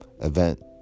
event